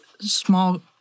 small